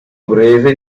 breve